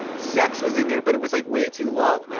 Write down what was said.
and sex was in there. but it was, like, way too low. and and